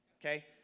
okay